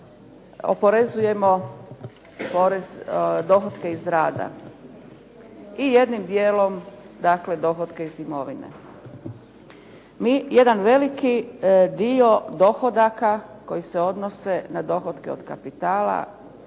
oporezujemo dohotke iz rada i jednim dijelom, dakle dohotke iz imovine. Mi jedan veliki dio dohodaka koji se odnose na dohotke od kapitala